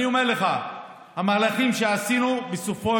אני אומר לך שהמהלכים שעשינו יביאו בסופו